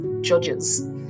judges